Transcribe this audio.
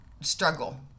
struggle